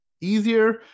easier